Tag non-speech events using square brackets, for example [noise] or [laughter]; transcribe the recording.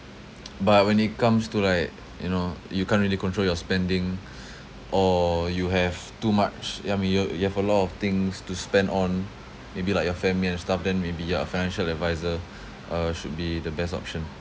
[noise] but when it comes to like you know you can't really control your spending or you have too much ya I mean you you have a lot of things to spend on maybe like your family and stuff then maybe a financial adviser uh should be the best option